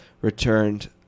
returned